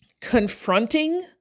confronting